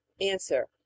Answer